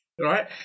right